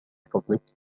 فضلك